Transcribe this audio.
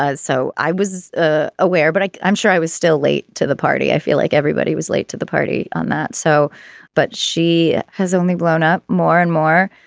so i was ah aware but like i'm sure i was still late to the party. i feel like everybody was late to the party on that. so but she has only blown up more and more.